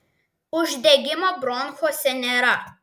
uždegimo bronchuose nėra